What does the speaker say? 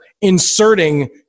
inserting